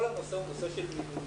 כל הנושא הוא נושא של מינונים,